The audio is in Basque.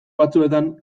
batzuetan